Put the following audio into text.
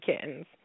kittens